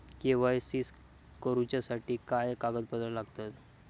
KYC करूच्यासाठी काय कागदपत्रा लागतत?